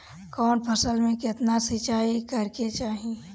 कवन फसल में केतना सिंचाई करेके चाही?